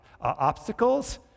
obstacles